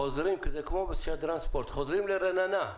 חוזרים לרננה.